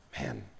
man